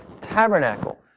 tabernacle